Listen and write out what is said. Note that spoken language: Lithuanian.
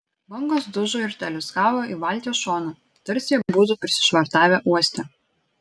bangos dužo ir teliūskavo į valties šoną tarsi jie būtų prisišvartavę uoste